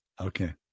Okay